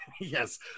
Yes